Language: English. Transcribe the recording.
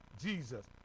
Jesus